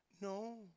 no